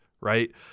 right